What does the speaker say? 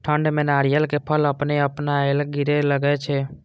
ठंड में नारियल के फल अपने अपनायल गिरे लगए छे?